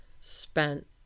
spent